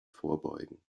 vorbeugen